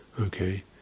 Okay